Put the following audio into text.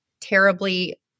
terribly